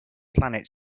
planet